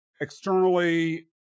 externally